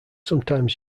sometimes